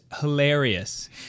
hilarious